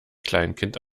kleinkind